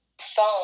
phone